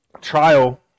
trial